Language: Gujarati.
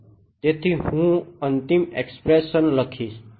તેથી હું અંતિમ એક્સપ્રેશન લખીશ